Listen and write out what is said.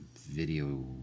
video